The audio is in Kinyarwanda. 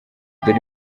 dore